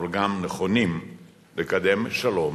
אבל גם נכונים לקדם שלום